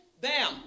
Bam